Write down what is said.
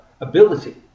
ability